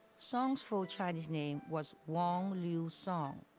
tsong's full chinese name was wong liu so